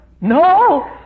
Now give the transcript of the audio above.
No